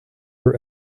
were